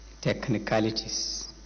technicalities